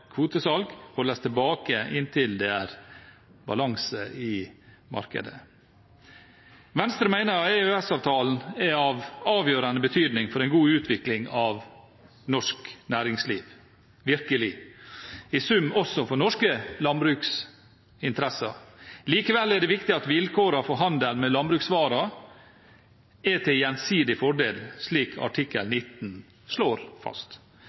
kvotesalg holdes tilbake inntil det er balanse i markedet. Venstre mener at EØS-avtalen er av avgjørende betydning for en god utvikling av norsk næringsliv – virkelig – i sum også for norske landbruksinteresser. Likevel er det viktig at vilkårene for handel med landbruksvarer er til gjensidig fordel, slik artikkel 19 slår fast.